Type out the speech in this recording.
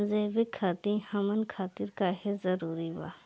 जैविक खेती हमन खातिर काहे जरूरी बा?